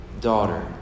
Daughter